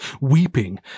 weeping